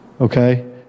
Okay